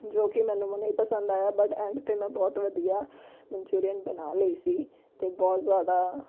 ਜੋ ਕਿ ਮੈਨੂੰ ਨਹੀਂ ਪਸੰਦ ਆਇਆ ਬਟ ਐਂਡ 'ਤੇ ਮੈਂ ਬਹੁਤ ਵਧੀਆ ਮਨਚੂਰੀਅਨ ਬਣਾ ਲਈ ਸੀ ਅਤੇ ਬਹੁਤ ਜ਼ਿਆਦਾ